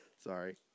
Sorry